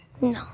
No